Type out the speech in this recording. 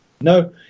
No